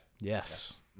Yes